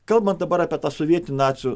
kalbant dabar apie sovietų nacių